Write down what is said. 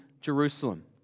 Jerusalem